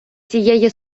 цієї